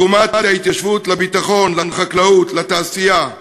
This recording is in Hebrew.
תרומת ההתיישבות לביטחון, לחקלאות, לתעשייה,